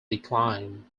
decline